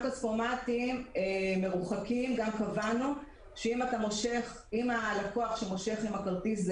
לגביהם קבענו שאם הלקוח שמושך עם הכרטיס הוא